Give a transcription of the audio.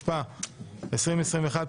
התשפ"א-2021,